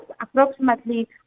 approximately